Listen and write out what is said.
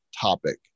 topic